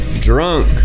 drunk